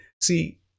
See